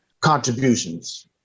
contributions